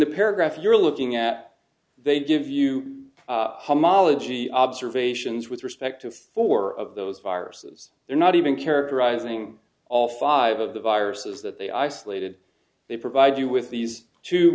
the paragraph you're looking at they give you some ology observations with respect to four of those viruses they're not even characterizing all five of the viruses that they isolated they provide you with these two